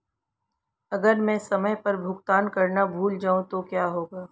अगर मैं समय पर भुगतान करना भूल जाऊं तो क्या होगा?